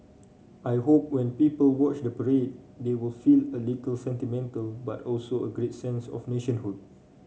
I hope when people watch the parade they will feel a little sentimental but also a great sense of nationhood